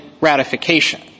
ratification